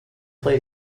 play